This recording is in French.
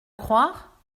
croire